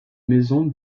maison